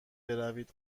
بروید